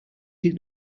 did